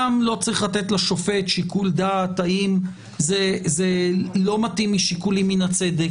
גם לא צריך לתת לשופט שיקול דעת האם זה לא מתאים משיקולים מן הצדק.